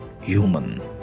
human